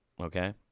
okay